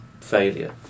failure